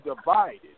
divided